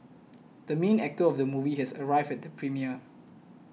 the main actor of the movie has arrived at the premiere